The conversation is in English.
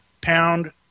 pound